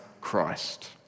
Christ